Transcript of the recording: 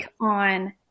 on